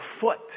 foot